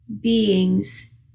beings